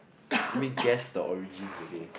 let me guess the origins okay